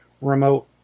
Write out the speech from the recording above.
remote